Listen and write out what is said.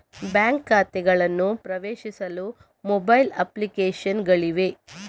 bank ಖಾತೆಗಳನ್ನು ಪ್ರವೇಶಿಸಲು mobile application ಗಳಿವೆ